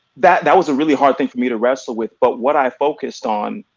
that that was a really hard thing for me to wrestle with. but what i focused on